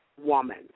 woman